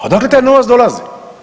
Odakle taj novac dolazi?